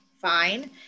fine